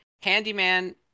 Handyman